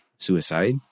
Suicide